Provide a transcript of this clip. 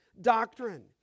doctrine